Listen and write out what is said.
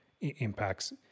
impacts